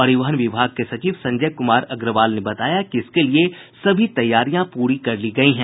परिवहन विभाग के सचिव संजय कुमार अग्रवाल ने बताया कि इसके लिए सभी तैयारियां पूरी कर ली गयी हैं